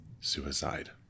suicide